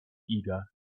eager